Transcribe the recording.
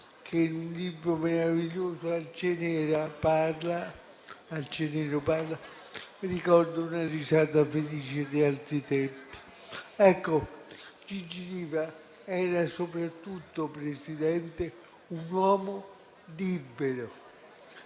che in un libro meraviglioso, «Alce nero parla», ricorda una risata felice di altri tempi. Ecco, Gigi Riva era soprattutto un uomo libero